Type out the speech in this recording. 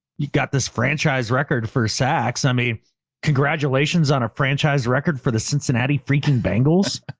you got this franchise record for sacks. i mean congratulations on a franchise record for the cincinnati freaking bangles.